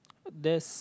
what there's